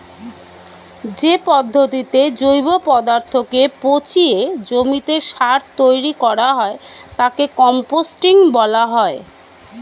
যে পদ্ধতিতে জৈব পদার্থকে পচিয়ে জমিতে সার তৈরি করা হয় তাকে কম্পোস্টিং বলা হয়